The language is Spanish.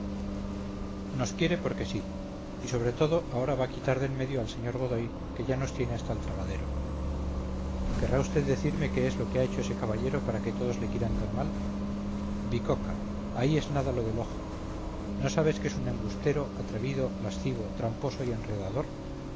nos quiere porque sí y sobre todo ahora va a quitar de en medio al señor godoy que ya nos tiene hasta el tragadero querrá vd decirme qué es lo que ha hecho ese caballero para que todos le quieran tan mal bicoca ahí es nada lo del ojo no sabes que es un embustero atrevido lascivo tramposo y enredador